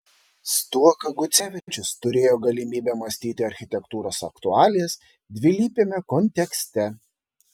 stuoka gucevičius turėjo galimybę mąstyti architektūros aktualijas dvilypiame kontekste